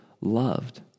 loved